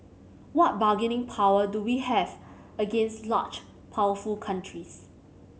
what bargaining power do we have against large powerful countries